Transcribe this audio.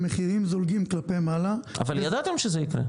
המחירים זולגים כלפי מעלה --- אבל ידעתם שזה ייקרה.